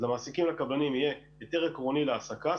אז למעסיקים הקבלנים יהיה היתר עקרוני להעסקה,